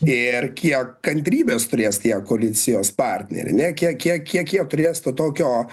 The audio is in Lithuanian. ir kiek kantrybės turės tie koalicijos partneriai ne kiek kiek kiek jie turės to tokio